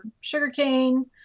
sugarcane